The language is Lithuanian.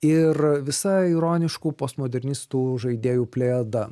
ir visa ironiškų postmodernistų žaidėjų plejada